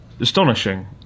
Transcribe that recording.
astonishing